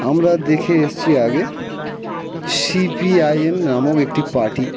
আমরা দেখে এসেছি আগে সিপিআইএম নামক একটি পার্টি